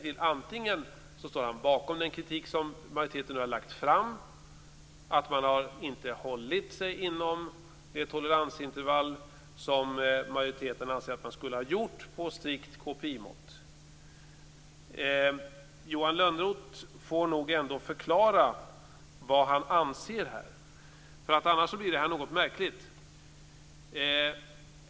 Står Johan Lönnroth bakom den kritik som majoriteten har framfört, att Riksbanken inte har hållit sig inom det toleransintervall som majoriteten anser att man skulle ha gjort, dvs. inom strikt KPI mått? Johan Lönnroth får nog ändå förklara vad han anser. Annars blir det något märkligt.